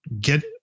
get